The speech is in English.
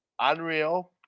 unreal